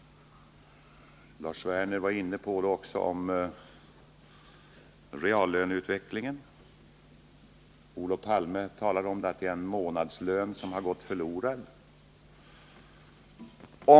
Lars Werner var inne på frågan om reallöneutvecklingen, och Olof Palme talade om att en månadslön har gått förlorad.